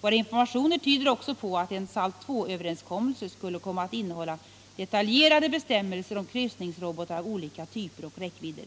Våra informationer tyder också på att en SALT Il-överenskommelse skulle komma att innehålla detaljerade bestämmelser om kryssningsrobotar av olika typer och räckvidder.